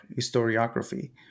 historiography